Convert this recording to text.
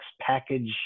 package